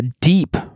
deep